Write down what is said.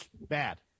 Bad